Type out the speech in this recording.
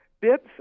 bits